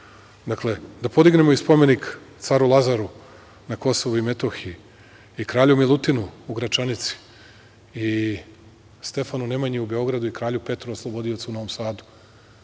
da podignemo i spomenik caru Lazaru na Kosovu i Metohiji i kralju Milutinu u Gračanici i Stefanu Nemanji u Beogradu i kralju Petru oslobodiocu u Novom Sadu,